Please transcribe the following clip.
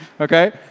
okay